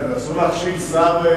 אסור להכשיל שר,